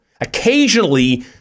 Occasionally